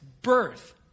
birth